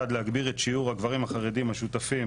להגדיל את שיעור הגברים החרדים השותפים